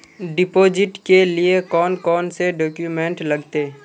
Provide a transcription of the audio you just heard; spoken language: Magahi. डिपोजिट के लिए कौन कौन से डॉक्यूमेंट लगते?